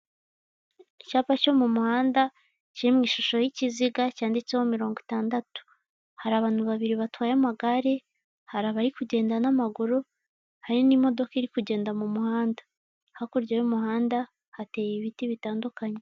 Icyapa cyo mu muhanda kiri mu ishusho y'ikiziga cyanditseho mirongo itandatu. Hari abantu babiri batwaye amagare, hari abari kugenda n'amaguru, hari n'imodoka iri kugenda mu muhanda. Hakurya y'umuhanda hateye ibiti bitandukanye.